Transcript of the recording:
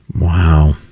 Wow